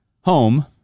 home